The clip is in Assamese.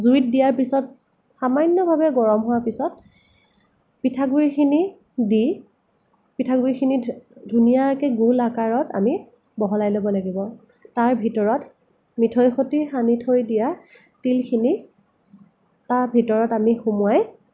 জুইত দিয়াৰ পিছত সামান্যভাৱে গৰম হোৱাৰ পিছত পিঠাগুড়িখিনি দি পিঠাগুড়িখিনি ধুনীয়াকৈ গোল আকাৰত আমি বহলাই ল'ব লাগিব তাৰ ভিতৰত মিঠৈৰ সৈতে সানি থৈ দিয়া তিলখিনি তাৰ ভিতৰত আমি সুমুৱাই